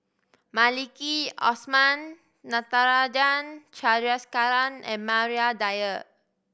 Maliki Osman Natarajan Chandrasekaran and Maria Dyer